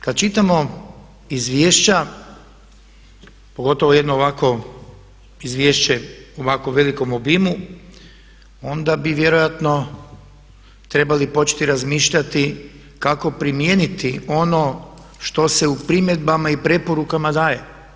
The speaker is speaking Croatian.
Kad čitamo izvješća pogotovo jedno ovako izvješće u ovako velikom obimu onda bi vjerojatno trebali početi razmišljati kako primijeniti ono što se u primjedbama i preporukama daje.